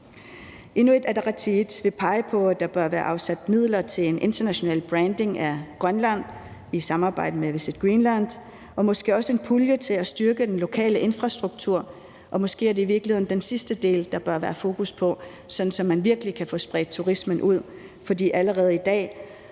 Inuit Ataqatigiit vil pege på, at der bør være afsat midler til en international branding af Grønland i samarbejde med Visit Greenland og måske også en pulje til at styrke den lokale infrastruktur med, og måske er det i virkeligheden den sidste del, der bør være fokus på, sådan at man virkelig kan få spredt turismen ud. For allerede i dag